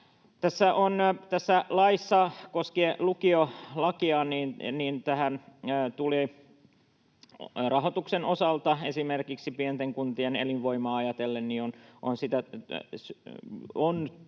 Tässä laissa koskien lukiolakia rahoituksen osalta on esimerkiksi pienten kuntien elinvoimaa ajatellen tukea